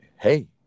hey